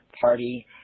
party